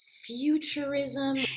futurism